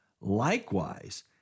likewise